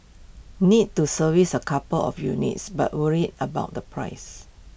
need to service A couple of units but worried about the price